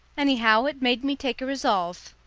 anyhow, it made me take a resolve.